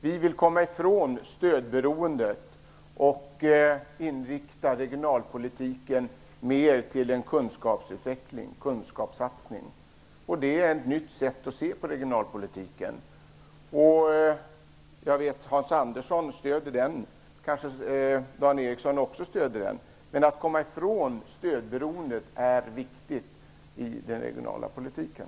Vi vill komma ifrån stödberoende och inrikta regionalpolitiken mer på kunskapsutveckling och kunskapssatsning. Det är ett nytt sätt att se på regionalpolitiken. Jag vet att Hans Andersson stöder den politiken, och kanske gör Dan Ericsson det också. Att komma ifrån stödberoendet är viktigt i den regionala politiken.